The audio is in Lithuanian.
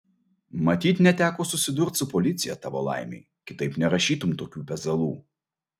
matyt neteko susidurt su policija tavo laimei kitaip nerašytum tokių pezalų